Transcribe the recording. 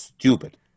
Stupid